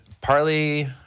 partly